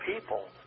people